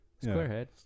squarehead